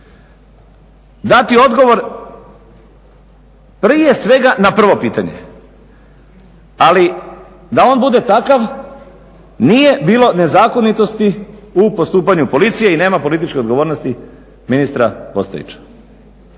dati odgovor prije svega na prvo pitanje, ali da on bude takav nije bilo nezakonitosti u postupanju policije i nema političke odgovornosti ministra Ostojića,